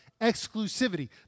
exclusivity